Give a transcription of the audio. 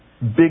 big